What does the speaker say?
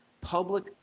Public